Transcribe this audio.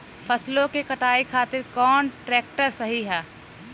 फसलों के कटाई खातिर कौन ट्रैक्टर सही ह?